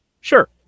Sure